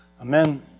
Amen